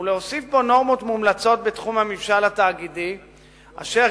ולהוסיף בו נורמות מומלצות בתחום הממשל התאגידי אשר